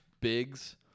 Biggs